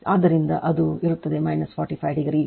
ಆದ್ದರಿಂದ ಅದು ಇರುತ್ತದೆ 45 ಡಿಗ್ರಿ